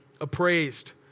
appraised